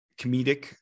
comedic